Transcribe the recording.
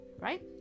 Right